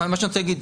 מה שרציתי להגיד,